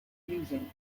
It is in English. confusing